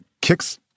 kicks